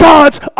God's